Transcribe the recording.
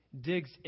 digs